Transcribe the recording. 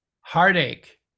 heartache